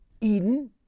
Eden